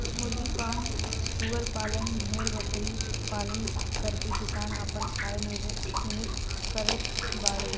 मुर्गी फ्राम सूअर पालन भेड़बकरी पालन करके किसान आपन आय निर्मित करत बाडे